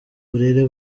uburere